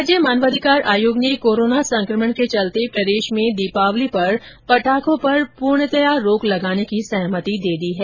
राज्य मानवाधिकार आयोग ने कोरोना संकमण के चलते प्रदेश में दीपावली पर पटाखों पर पूर्णतया रोक लगाने पर सहमति दी है